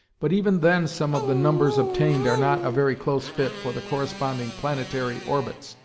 but even then some of the numbers obtained are not a very close fit for the corresponding planetary orbits.